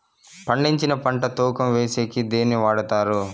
పండించిన పంట తూకం వేసేకి దేన్ని వాడతారు?